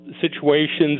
situations